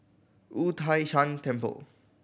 Wu Tai Shan Temple